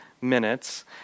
minutes